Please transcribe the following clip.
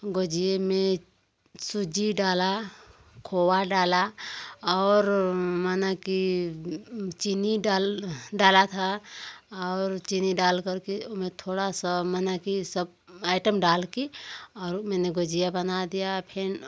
गुझिया में सूजी डाली खोआ डाला और माने कि चीनी डाल डाली थी और चीनी डाल कर के उसमें थोड़ा सा माने कि सब आइटम डाल के और मैंने गुझिया बना दिया फिर